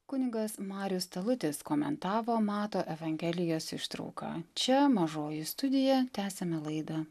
kunigas marius talutis komentavo mato evangelijos ištrauką čia mažoji studija tęsiame laidą